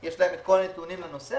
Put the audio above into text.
יש את כל הנתונים בנושא,